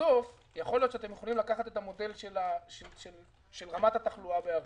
בסוף יכול להיות שאתם יכולים לקחת את המודל של רמת התחלואה בערים,